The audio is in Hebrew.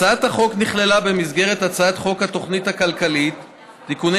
הצעת החוק נכללה במסגרת הצעת חוק התוכנית הכלכלית (תיקוני